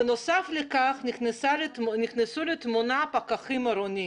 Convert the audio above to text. בנוסף לכך, נכנסו לתמונה פקחים עירוניים.